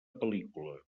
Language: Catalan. pel·lícula